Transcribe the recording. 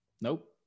Nope